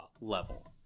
level